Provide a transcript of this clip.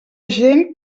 gent